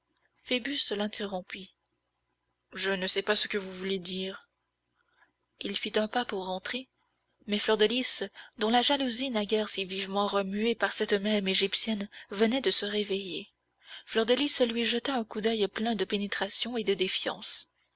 phoebus l'interrompit je ne sais pas ce que vous voulez dire il fit un pas pour rentrer mais fleur de lys dont la jalousie naguère si vivement remuée par cette même égyptienne venait de se réveiller fleur de lys lui jeta un coup d'oeil plein de pénétration et de défiance